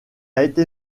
été